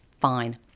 Fine